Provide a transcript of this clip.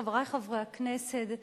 חברי חברי הכנסת,